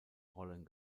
rollen